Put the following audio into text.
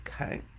okay